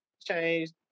changed